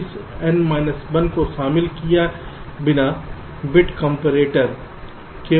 इस n minus 1 को शामिल किए बिना बिट कॉम्परेटर